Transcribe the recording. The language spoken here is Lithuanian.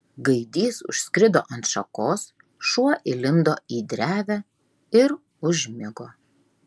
gaidys užskrido ant šakos šuo įlindo į drevę ir užmigo